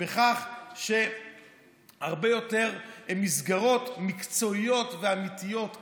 בכך שהרבה יותר מסגרות מקצועיות ואמיתיות קמו.